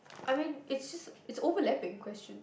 I mean it's just it's overlapping question